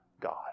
God